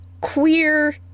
queer